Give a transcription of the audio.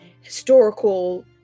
historical